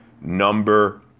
Number